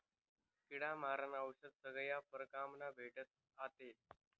किडा मारानं औशद सगया परकारमा भेटस आते